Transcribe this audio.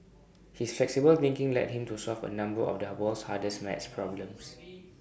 his flexible thinking led him to solve A number of the world's hardest math problems